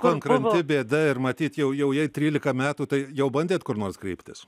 konkrenti bėda ir matyt jau jau jei trylika metų tai jau bandėt kur nors kreiptis